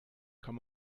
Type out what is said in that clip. kann